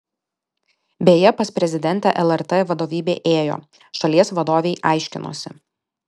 beje pas prezidentę lrt vadovybė ėjo šalies vadovei aiškinosi